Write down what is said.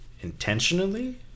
intentionally